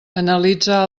analitza